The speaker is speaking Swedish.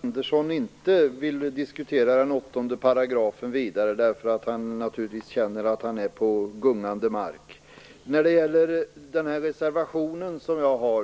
Herr talman! Jag märker att Widar Andersson inte vill diskutera 8 § vidare. Han känner naturligtvis att han är på gungande mark. När det gäller min reservation är Widar